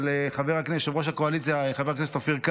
של חבר הכנסת יושב-ראש הקואליציה אופיר כץ,